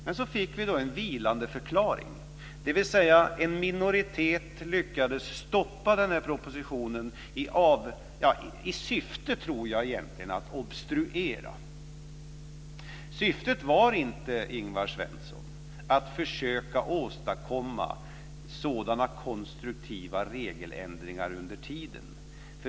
Men så fick vi en vilandeförklaring, dvs. att en minoritet lyckades stoppa den här propositionen i syfte att obstruera. Syftet var inte, Ingvar Svensson, att försöka åstadkomma konstruktiva regeländringar under tiden.